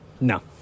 No